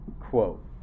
quote